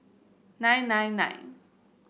nine nine nine